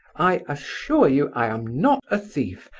i assure you i am not a thief,